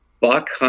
buck